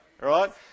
right